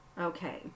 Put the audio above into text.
Okay